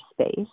space